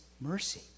mercy